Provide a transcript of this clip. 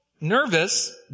nervous